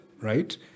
right